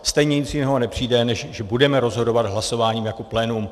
Stejně nic jiného nepřijde, než že budeme rozhodovat hlasováním jako plénum.